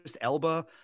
Elba